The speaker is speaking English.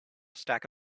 stack